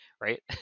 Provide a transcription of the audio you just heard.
right